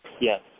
Yes